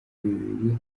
bibiri